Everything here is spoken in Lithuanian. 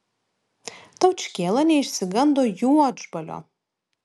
taučkėla neišsigando juodžbalio